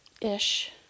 Ish